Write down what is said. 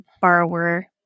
borrower